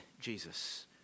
Jesus